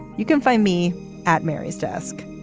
you can find me at mary's desk.